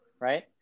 right